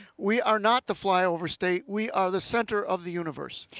we are not the flyover state. we are the center of the universe.